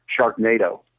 Sharknado